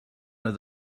oedd